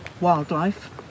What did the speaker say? wildlife